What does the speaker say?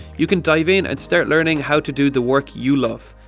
you can dive in and start learning how to do the work you love.